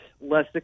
Less